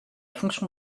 fonction